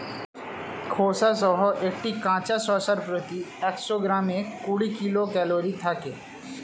খোসাসহ একটি কাঁচা শসার প্রতি একশো গ্রামে কুড়ি কিলো ক্যালরি থাকে